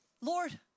Lord